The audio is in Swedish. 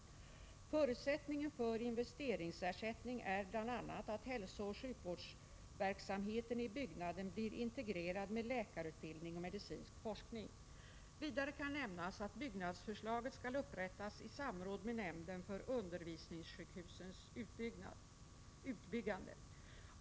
Förutsättningen för investeringsersättning är bl.a. att hälsooch sjukvårdsverksamheten i byggnaden blir integrerad med läkarutbildning och medicinsk forskning. Vidare kan nämnas att byggnadsförslaget skall upprättas i samråd med nämnden för undervisningssjukhusens utbyggande.